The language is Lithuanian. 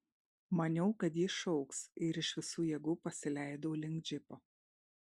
maniau kad ji šauks ir iš visų jėgų pasileidau link džipo